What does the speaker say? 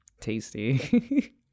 Tasty